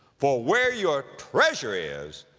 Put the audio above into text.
for where your treasure is,